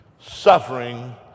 suffering